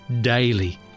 daily